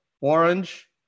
orange